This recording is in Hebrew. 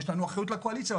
יש לנו אחריות לקואליציה.